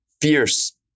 fierce